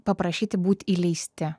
paprašyti būt įleisti